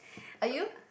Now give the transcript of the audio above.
are you